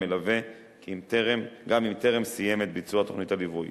מלווה גם אם טרם סיים את ביצוע תוכנית הליווי.